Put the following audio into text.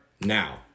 now